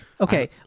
Okay